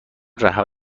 رها